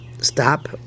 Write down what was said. stop